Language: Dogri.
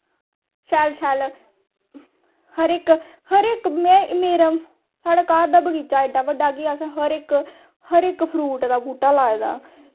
शैल शैल हर इक डर इक मेरा साढ़े घर दा बगीचा एह्डा बड्डा कि असें हर इक हर इक फ्रूट दा बूह्टा लाए दा